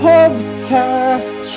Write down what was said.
Podcast